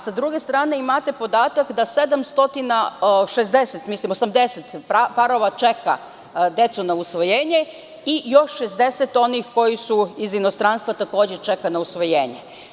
Sa druge strane imate podatak da 780 parova čeka decu na usvojenje i još 60 onih koji su iz inostranstva takođe čekaju na usvojenje.